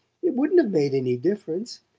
it wouldn't have made any difference.